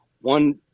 one